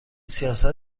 سیاست